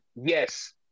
yes